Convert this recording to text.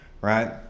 right